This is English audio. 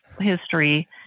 history